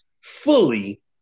fully